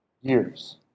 years